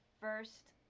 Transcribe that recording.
first